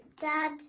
Dad